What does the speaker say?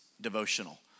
devotional